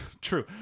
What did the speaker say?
true